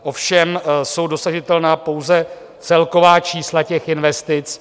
Ovšem jsou dosažitelná pouze celková čísla investic.